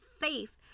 faith